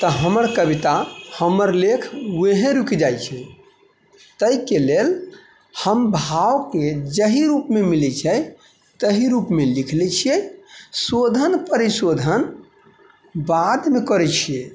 तऽ हमर कविता हमर लेख वेहे रूकि जाइ छै ताहिके लेल हम भावके जाहि रूपमे मिलै छै तहि रूपमे लिखि लै छियै शोधन परिशोधन बादमे करै छियै